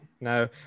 No